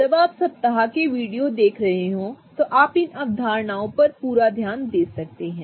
जब आप सप्ताह के वीडियो देख रहे हों तो आप उन अवधारणाओं पर पूरा ध्यान दे सकते हैं